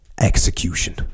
execution